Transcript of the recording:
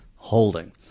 holding